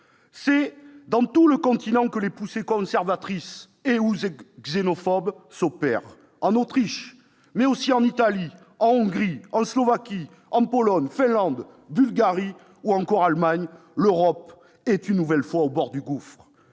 C'est sur tout le continent que les poussées conservatrices et/ou xénophobes s'opèrent : en Autriche, mais aussi en Italie, en Hongrie, en Slovaquie, en Pologne, en Finlande, en Bulgarie, en Allemagne ... L'Europe est, une nouvelle fois, au bord du gouffre